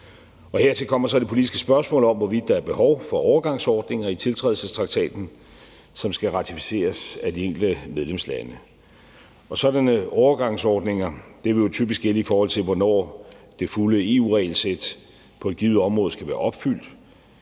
Hertil kommer så det politiske spørgsmål om, hvorvidt der er behov for overgangsordninger i tiltrædelsestraktaten, som skal ratificeres af de enkelte medlemslande. Sådanne overgangsordninger vil typisk gælde, i forhold til hvornår det fulde EU-regelsæt på et givet område skal være opfyldt.